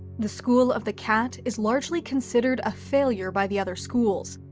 the school of the cat is largely considered a failure by the other schools,